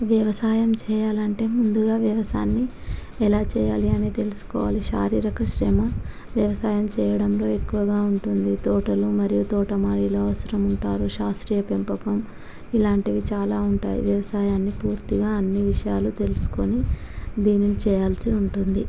వ్యవసాయం చెయ్యాలంటే ముందుగా వ్యవసాయాన్ని ఎలా చెయ్యాలి అని తెలుసుకోవాలి శారీరక శ్రమ వ్యవసాయం చెయ్యటంలో ఎక్కువగా ఉంటుంది తోటలో మరియు తోటమాలీలు అవసరం ఉంటారు శాస్త్రీయ పెంపకం ఇలాంటివి చాలా ఉంటాయి వ్యవసాయాన్ని పూర్తిగా అన్ని విషయాలు తెలుసుకుని దీనిని చెయ్యాల్సి ఉంటుంది